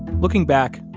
looking back,